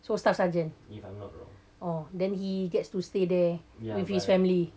so staff sergeant uh then he gets to stay there with his family